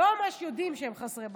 לא ממש יודעים שהם חסרי בית,